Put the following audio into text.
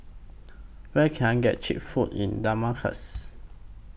Where Can I get Cheap Food in Damascus